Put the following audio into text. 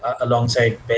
alongside